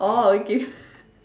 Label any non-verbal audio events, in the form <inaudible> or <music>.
orh okay <laughs>